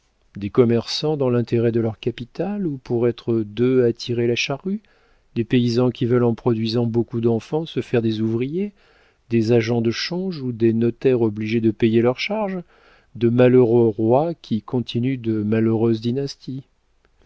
des commerçants dans l'intérêt de leur capital ou pour être deux à tirer la charrue des paysans qui veulent en produisant beaucoup d'enfants se faire des ouvriers des agents de change ou des notaires obligés de payer leurs charges de malheureux rois qui continuent de malheureuses dynasties